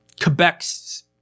Quebec's